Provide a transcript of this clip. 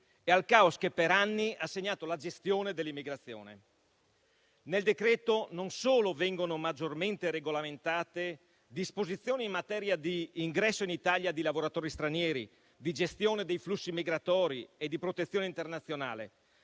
e al caos che per anni ha segnato la gestione dell'immigrazione. Nel decreto non solo vengono maggiormente regolamentate le disposizioni in materia di ingresso in Italia di lavoratori stranieri, di gestione dei flussi migratori e di protezione internazionale,